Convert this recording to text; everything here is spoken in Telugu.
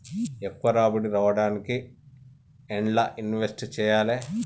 ఎక్కువ రాబడి రావడానికి ఎండ్ల ఇన్వెస్ట్ చేయాలే?